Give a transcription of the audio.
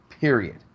period